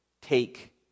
take